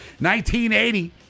1980